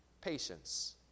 patience